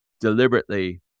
deliberately